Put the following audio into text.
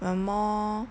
we're more